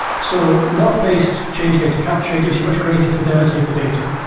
so log-based change data capture gives you much greater fidelity of the data.